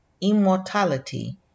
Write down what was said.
immortality